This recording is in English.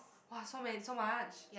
!wah! so man~ so much